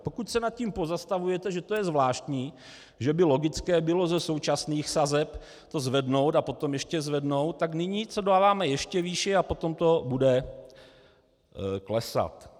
Pokud se nad tím pozastavujete, že to je zvláštní, že by logické bylo ze současných sazeb to zvednout a potom ještě zvednout, tak nyní to dáme ještě výše a potom to bude klesat.